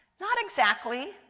not exactly,